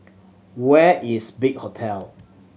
where is Big Hotel